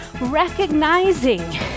recognizing